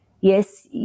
Yes